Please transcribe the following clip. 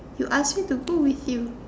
you ask me to go with you